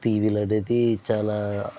టివీలు అనేది చాలా